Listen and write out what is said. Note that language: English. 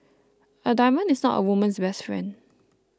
a diamond is not a woman's best friend